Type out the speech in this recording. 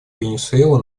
венесуэла